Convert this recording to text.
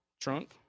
trunk